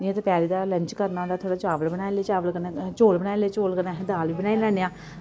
जियां दपैह्री दा लंच करना होंदा थोह्ड़ा चावल बनाई ले चावल कन्नै चौल बनाई ले चौल कन्नै अस दाल बनाई लैन्ने आं